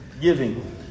giving